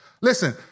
Listen